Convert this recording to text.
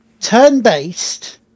turn-based